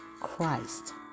Christ